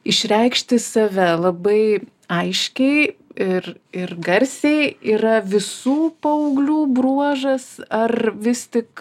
išreikšti save labai aiškiai ir ir garsiai yra visų paauglių bruožas ar vis tik